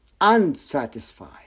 unsatisfied